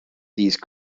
these